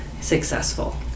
successful